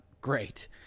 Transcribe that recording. great